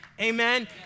amen